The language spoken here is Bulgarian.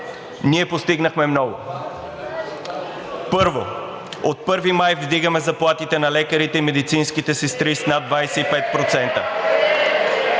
ние, постигнахме много: Първо, от 1 май вдигаме заплатите на лекарите и медицинските сестри с над 25%.